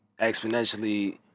exponentially